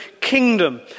kingdom